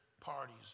parties